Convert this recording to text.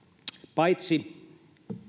paitsi